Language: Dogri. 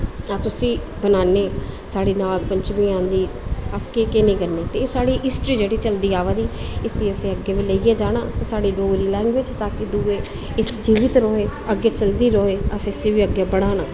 अस उस्सी मनान्ने साढ़े नाग पंचमी आंदी अस केह् केह् निं करने साढ़ी हिस्ट्री जेह्ड़ी चलदी अ'वा दी इस्सी असें अग्गें बी लेइयै जाना ते साढ़ी डोगरी लैंग्वेज दुए एह् जीवित र'वै अग्गें चलदी र'वै असें इस्सी बी अग्गें बधाना